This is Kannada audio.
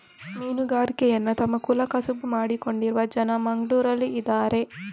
ಮೀನುಗಾರಿಕೆಯನ್ನ ತಮ್ಮ ಕುಲ ಕಸುಬು ಮಾಡಿಕೊಂಡಿರುವ ಜನ ಮಂಗ್ಳುರಲ್ಲಿ ಇದಾರೆ